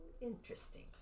interesting